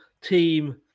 team